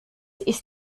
ist